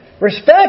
respect